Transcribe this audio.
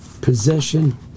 possession